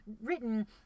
written